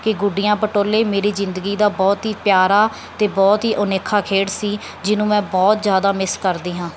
ਕਿ ਗੁੱਡੀਆਂ ਪਟੋਲੇ ਮੇਰੀ ਜ਼ਿੰਦਗੀ ਦਾ ਬਹੁਤ ਹੀ ਪਿਆਰਾ ਅਤੇ ਬਹੁਤ ਹੀ ਅਨੋਖਾ ਖੇਡ ਸੀ ਜਿਹਨੂੰ ਮੈਂ ਬਹੁਤ ਜ਼ਿਆਦਾ ਮਿਸ ਕਰਦੀ ਹਾਂ